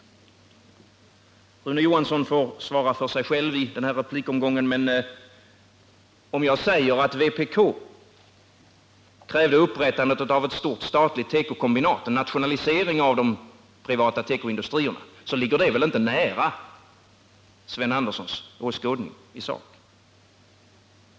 Rune Johansson i Ljungby får svara för sig själv i den här replikomgången, men om jag säger att vpk krävde upprättandet av ett stort statligt tekokombinat, en nationalisering av de privata tekoindustrierna, så ligger det väl inte nära Sven G. Anderssons åskådning i sak.